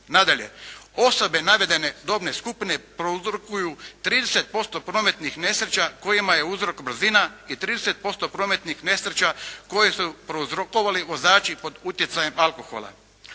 Nadalje, osobe navedene dobne skupine prouzrokuju 30% prometnih nesreća kojima je uzrok brzina i 30% prometnih nesreća koje su prouzrokovali vozači pod utjecajem alkohola.